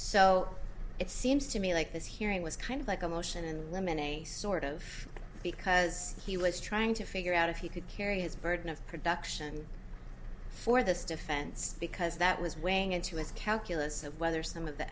so it seems to me like his hearing was kind of like a motion and women a sort of because he was trying to figure out if he could carry his burden of production for this defense because that was weighing into his calculus of whether some of the